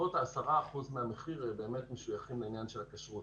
בסביבות 10% מהמחיר באמת משויכים לעניין הכשרות.